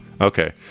Okay